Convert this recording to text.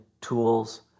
tools